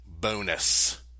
bonus